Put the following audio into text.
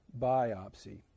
biopsy